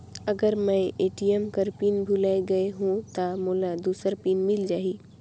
अगर मैं ए.टी.एम कर पिन भुलाये गये हो ता मोला दूसर पिन मिल जाही?